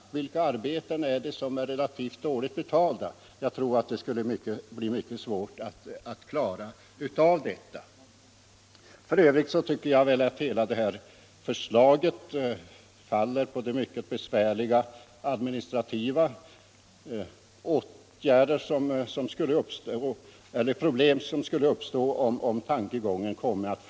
Vilka arbeten är relativt dåligt betalda? Jag tror att det skulle bli mycket svårt att klara ut den saken. Hela det här förslaget tycket jag f.ö. faller på de mycket besvärliga ad Nr 76 ministrativa problem som skulle uppstå, om det genomfördes.